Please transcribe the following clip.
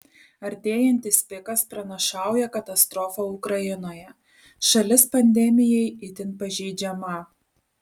artėjantis pikas pranašauja katastrofą ukrainoje šalis pandemijai itin pažeidžiama